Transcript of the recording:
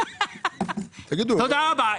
תודה רבה.